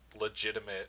legitimate